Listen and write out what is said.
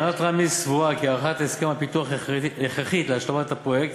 הנהלת רמ"י סבורה כי הארכת הסכם הפיתוח הכרחית להשלמת הפרויקט